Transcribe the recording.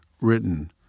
written